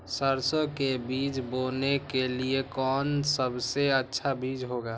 सरसो के बीज बोने के लिए कौन सबसे अच्छा बीज होगा?